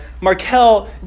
Markel